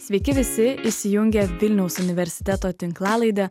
sveiki visi įsijungę vilniaus universiteto tinklalaidę